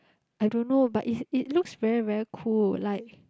I don't know but is it looks very very cool like